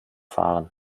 fahren